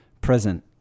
present